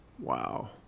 Wow